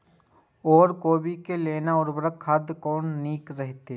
ओर कोबी के लेल उर्वरक खाद कोन नीक रहैत?